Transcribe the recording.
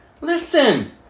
Listen